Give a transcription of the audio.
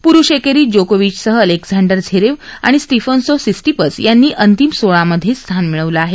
पुरुष एकरीत जोकोविचसह अलेक्झांडर झेरेव आणि स्टीफनसो सिस्टीपस यांनी अंतिम सोळामध्ये स्थान मिळवलं आहे